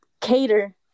cater